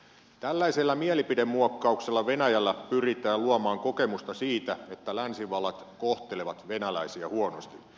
tällaisella mielipidemuokkauksella venäjällä pyritään luomaan kokemusta siitä että länsivallat kohtelevat venäläisiä huonosti